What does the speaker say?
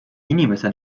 inimese